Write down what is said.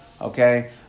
Okay